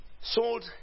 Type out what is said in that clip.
sold